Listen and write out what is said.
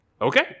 Okay